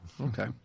Okay